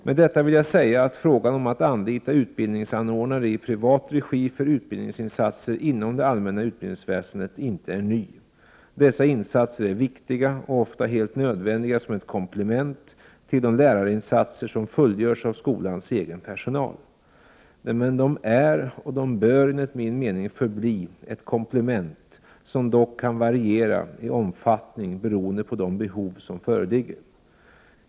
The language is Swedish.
Med detta vill jag säga att frågan om att anlita utbildningsanordnare i privat regi för utbildningsinsatser inom det allmänna utbildningsväsendet inte är ny. Dessa insatser är viktiga och ofta helt nödvändiga som ett komplement till de lärarinsatser som fullgörs av skolans egen personal. Men de är och de bör enligt min mening förbli ett komplement som dock kan variera i omfattning beroende på de behov som föreligger.